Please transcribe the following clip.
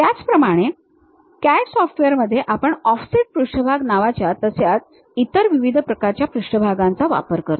त्याचप्रमाणे CAD सॉफ्टवेअरमध्ये आपण ऑफसेट पृष्ठभाग नावाच्या तसेच इतर विविध प्रकारच्या पृष्ठभागांचा वापर करतो